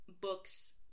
books